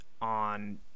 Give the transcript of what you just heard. on